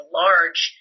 large